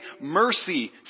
mercy